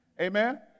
Amen